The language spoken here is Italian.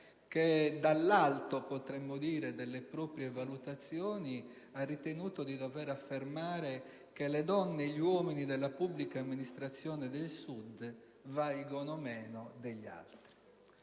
che, dall'alto delle proprie valutazioni, potremmo dire, ha ritenuto di dover affermare che le donne e gli uomini della pubblica amministrazione del Sud valgono meno degli altri.